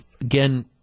again